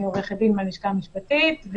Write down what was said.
אני עורכת דין בלשכה המשפטית,